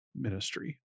ministry